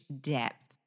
depth